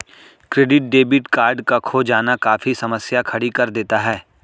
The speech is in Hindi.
क्रेडिट डेबिट कार्ड का खो जाना काफी समस्या खड़ी कर देता है